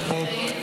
חידון התנ"ך יתקיים?